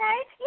okay